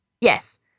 Yes